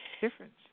Difference